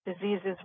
diseases